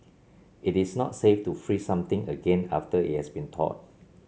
it is not safe to freeze something again after it has been thawed